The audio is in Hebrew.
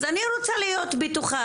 אז אני רוצה להיות בטוחה.